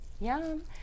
Yum